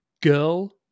Girl